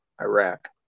iraq